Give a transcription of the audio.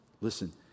listen